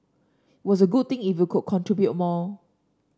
was a good thing if you could contribute more